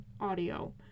audio